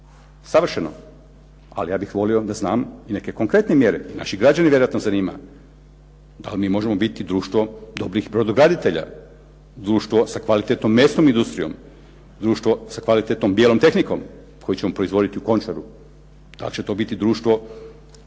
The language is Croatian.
savršeno ali ja bih volio da znam i neke konkretne mjere i naše građane vjerojatno zanima da li mi možemo biti društvo dobrih brodograditelja, društvo sa kvalitetnom mesnom industrijom, društvo sa kvalitetnom bijelom tehnikom koju ćemo proizvoditi u Končaru. Da li će to biti društvo